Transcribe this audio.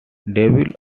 mess